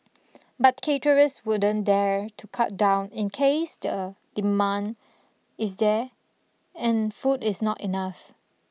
but caterers wouldn't dare to cut down in case the demand is there and food is not enough